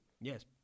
Yes